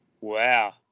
Wow